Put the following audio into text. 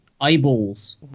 eyeballs